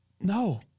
No